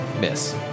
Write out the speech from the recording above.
Miss